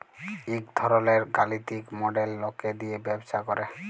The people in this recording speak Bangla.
ইক ধরলের গালিতিক মডেল লকে দিয়ে ব্যবসা করে